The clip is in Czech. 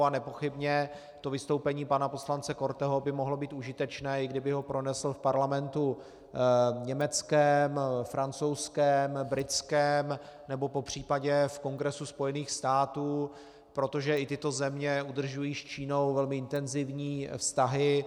A nepochybně to vystoupení pana poslance Korteho by mohlo být užitečné, i kdyby ho pronesl v parlamentu německém, francouzském, britském nebo popřípadě v Kongresu Spojených států, protože i tyto země udržují s Čínou velmi intenzivní vztahy.